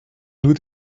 nur